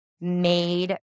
made